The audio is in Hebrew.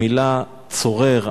המלה צורר,